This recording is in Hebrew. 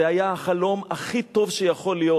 זה היה החלום הכי טוב שיכול להיות,